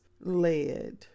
led